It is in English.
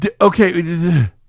Okay